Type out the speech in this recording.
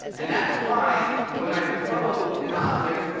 and that's why when i throw an object,